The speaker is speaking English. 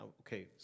Okay